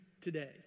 today